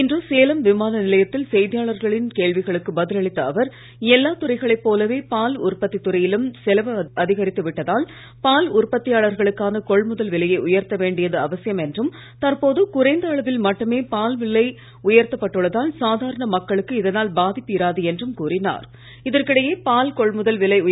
இன்று சேலம் விமானநிலையத்தில் செய்தியாளர்களின் கேள்விகளுக்கு பதில் அளித்த அவர் எல்லா துறைகளைப் போலவே பால் உற்பத்தித் துறையிலும் செலவு அதிகரித்து விட்டதால் பால் உற்பத்தியாளர்களுக்கான கொள்முதல் விலையை உயர்த்த வேண்டியது அவசியம் என்றும் தற்போது குறைந்த அளவில் மட்டுமே பால் விலை உயர்த்தப் பட்டுள்ளதால் சாதாரண மக்களுக்கு இதனால் பாதிப்பு இராது இதற்கிடையே பால் கொள்முதல் விலை என்றும் கூறினார்